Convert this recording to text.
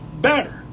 better